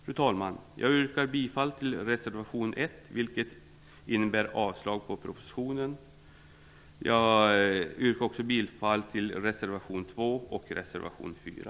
Fru talman! Jag yrkar bifall till reservation 1, vilket innebär avslag på propositionen. Jag yrkar också bifall till reservationerna 2 och 4.